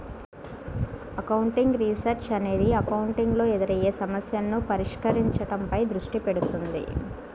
accounting research అనేది accounting లో ఎదురయ్యే సమస్యలను పరిష్కరించడంపై దృష్టి పెడుతుంది